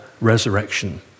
resurrection